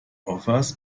offers